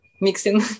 mixing